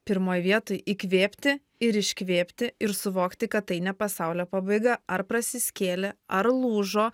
pirmoj vietoj įkvėpti ir iškvėpti ir suvokti kad tai ne pasaulio pabaiga ar prasiskėlė ar lūžo